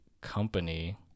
company